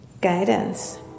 guidance